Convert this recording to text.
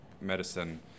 Medicine